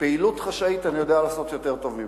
פעילות חשאית אני יודע לעשות יותר טוב ממך,